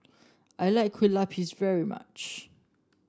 I like Kue Lupis very much